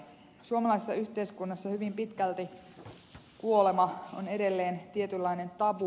suomalaisessa yhteiskunnassa hyvin pitkälti kuolema on edelleen tietynlainen tabu